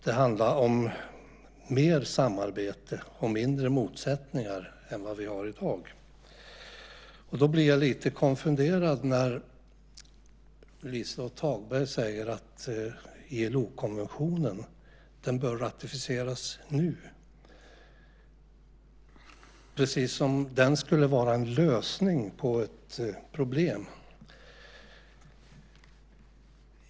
Det handlar om mer samarbete och mindre motsättningar än vad vi har i dag. Jag blir lite konfunderad när Liselott Hagberg säger att ILO-konventionen bör ratificeras nu, precis som om den skulle vara en lösning på ett problem.